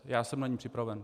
Já jsem na ni připraven.